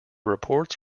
reports